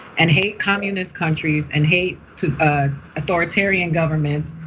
and hate communist countries, and hate to ah authoritarian governments,